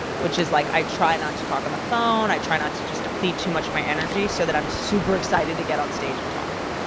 which is like i try not to talk on the phone, i try not to just deplete too much of my energy so that i'm super excited to get on the stage and talk.